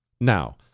Now